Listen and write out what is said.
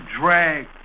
drag